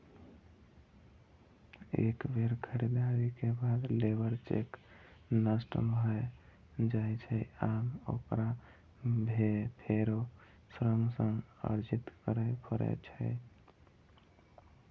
एक बेर खरीदारी के बाद लेबर चेक नष्ट भए जाइ छै आ ओकरा फेरो श्रम सँ अर्जित करै पड़ै छै